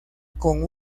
con